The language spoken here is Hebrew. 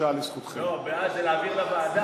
לא, בעד זה להעביר לוועדה.